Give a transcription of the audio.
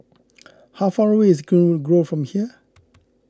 how far away is Greenwood Grove from here